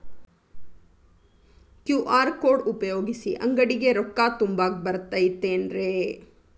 QR code ಉಪಯೋಗಿಸಿ, ಅಂಗಡಿಗೆ ರೊಕ್ಕಾ ತುಂಬಾಕ್ ಬರತೈತೇನ್ರೇ?